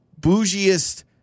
bougiest